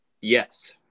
Yes